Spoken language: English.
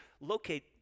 locate